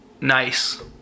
nice